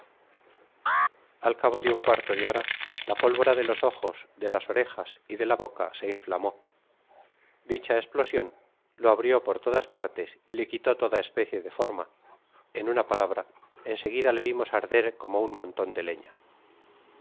al cabo de un cuarto de hora la pólvora de los ojos de las orejas y de ta boca se inflamó dicha esplosion lo abrió por todas partes y le quitó toda especie de forma en tina palabra en seguida le vimos arder como un monton de lena